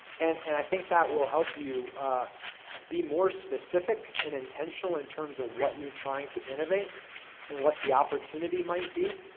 and and i think that will help you be more specific and intentional in terms of what you're trying to innovate and what the opportunity might be